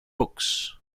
books